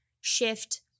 shift